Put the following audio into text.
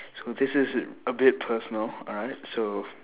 so this is a bit personal alright so